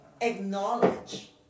acknowledge